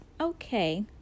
Okay